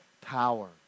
power